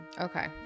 Okay